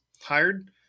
hired